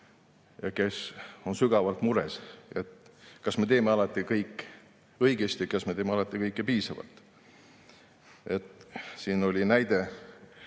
kes on sügavalt mures: kas me teeme alati kõike õigesti ja kas me teeme alati kõike piisavalt? Siin oli näide,